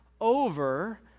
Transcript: over